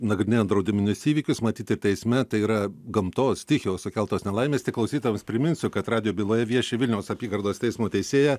nagrinėjant draudiminius įvykius matyt ir teisme tai yra gamtos stichijos sukeltos nelaimės tik klausytojams priminsiu kad radijo byloje vieši vilniaus apygardos teismo teisėja